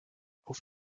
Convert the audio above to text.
auf